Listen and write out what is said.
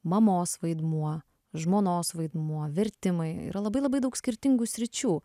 mamos vaidmuo žmonos vaidmuo vertimai yra labai labai daug skirtingų sričių